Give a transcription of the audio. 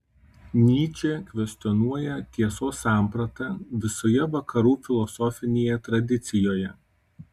nyčė kvestionuoja tiesos sampratą visoje vakarų filosofinėje tradicijoje